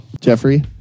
Jeffrey